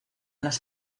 las